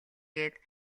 гээд